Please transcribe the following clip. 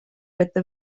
with